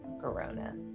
corona